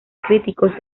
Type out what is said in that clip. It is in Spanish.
críticos